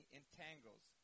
entangles